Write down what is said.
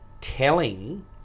telling